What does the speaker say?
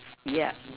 yeah